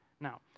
Now